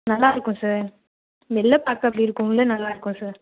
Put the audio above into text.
நல்லா இருக்கும் சார் வெளில பார்க்க அப்படி இருக்கும் உள்ள நல்லா இருக்கும் சார்